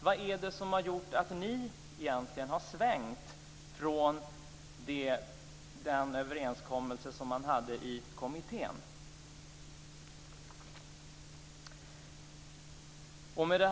Vad är det som har gjort att ni har svängt från den överenskommelse som man hade i kommittén? Fru talman!